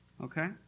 okay